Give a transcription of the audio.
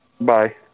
Bye